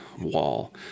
Wall